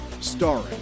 starring